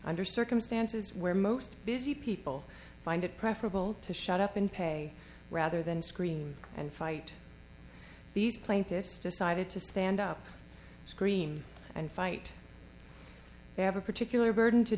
under circumstances where most busy people find it preferable to shut up and pay rather than scream and fight these plaintiffs decided to stand up scream and fight they have a particular burden to